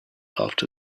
after